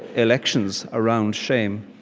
elections around shame.